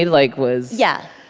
like, was. yeah.